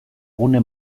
gune